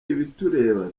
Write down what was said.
ibitureba